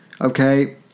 Okay